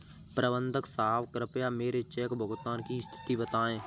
प्रबंधक साहब कृपया मेरे चेक भुगतान की स्थिति बताएं